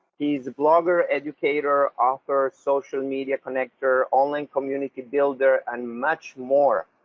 he's a blogger, educator, author, social media connector, online community builder, and much more.